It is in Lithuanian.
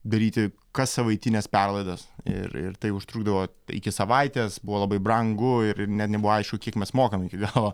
daryti kas savaitines perlaidas ir ir tai užtrukdavo iki savaitės buvo labai brangu ir ne nebuvo aišku kiek mes mokam iki galo